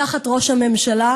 תחת ראש הממשלה,